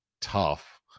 tough